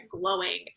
glowing